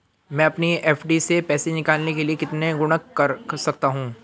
मैं अपनी एफ.डी से पैसे निकालने के लिए कितने गुणक कर सकता हूँ?